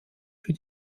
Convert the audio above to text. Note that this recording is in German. für